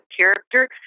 character